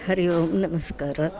हरिः ओं नमस्कारः